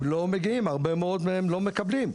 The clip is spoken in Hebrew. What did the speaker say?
הם לא מגיעים, הרבה מאוד לא מקבלים.